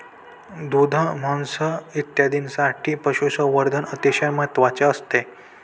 दूध, मांस इत्यादींसाठी पशुसंवर्धन अतिशय महत्त्वाचे असते